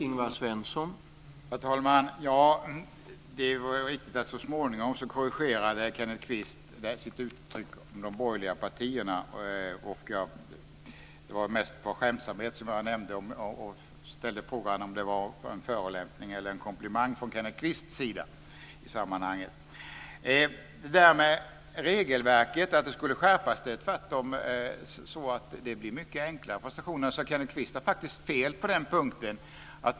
Herr talman! Ja, det är riktigt att Kenneth Kvist så småningom korrigerade sitt uttryck om de borgerliga partierna. Det var mest på skämt som jag ställde frågan om det var en förolämpning eller en komplimang från Kenneth Kvists sida i sammanhanget. Beträffande det här med regelverket och att det skulle skärpas är det tvärtom så att det blir enklare för stationerna. Så Kenneth Kvist har faktiskt fel på den punkten.